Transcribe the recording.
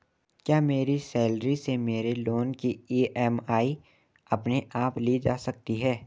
क्या मेरी सैलरी से मेरे लोंन की ई.एम.आई अपने आप ली जा सकती है?